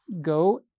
go